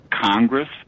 congress